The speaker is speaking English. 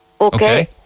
Okay